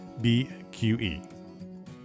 bqe